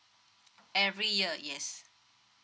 every year yes